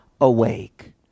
awake